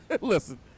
listen